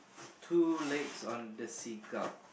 two legs on the seagull